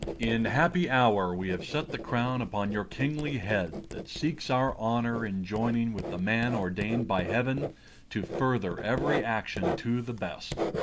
in happy hour we have set the crown upon your kingly head, that seeks our honour in joining with the man ordain'd by heaven to further every action to the best.